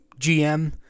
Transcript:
GM